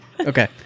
Okay